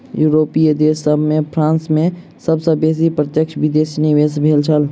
यूरोपीय देश सभ में फ्रांस में सब सॅ बेसी प्रत्यक्ष विदेशी निवेश भेल छल